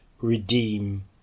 redeem